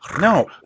No